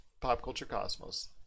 popculturecosmos